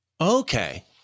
Okay